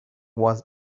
was